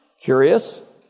Curious